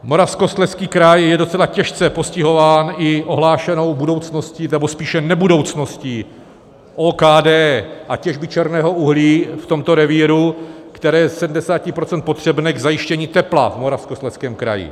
Moravskoslezský kraj je docela těžce postihován i ohlášenou budoucností, nebo spíše nebudoucností OKD a těžby černého uhlí v tomto revíru, které je ze 70 % potřebné k zajištění tepla v Moravskoslezském kraji.